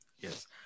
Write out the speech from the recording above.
Yes